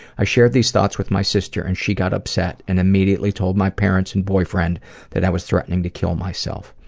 i shared these thoughts with my sister and she got upset and immediately told my parents and boyfriend that i was threatening to kill myself.